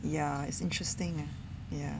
ya it's interesting ya